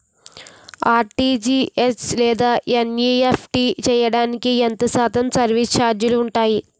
RTGS లేదా NEFT చేయడానికి ఎంత శాతం సర్విస్ ఛార్జీలు ఉంటాయి?